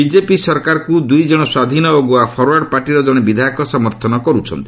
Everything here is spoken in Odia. ବିଜେପି ସରକାରକୁ ଦୁଇଜଣ ସ୍ୱାଧୀନ ଓ ଗୋଆ ଫରୱାର୍ଡ ପାର୍ଟିର ଜଣେ ବିଧାୟକ ସମର୍ଥନ କରୁଛନ୍ତି